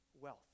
wealth